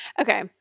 okay